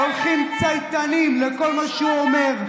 הולכים צייתנים לכל מה שהוא אומר.